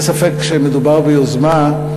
אין ספק שמדובר ביוזמה,